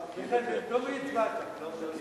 (מס' 11) (איסור קבלה או רכישה של חומר חציבה שנכרה ללא רשיון),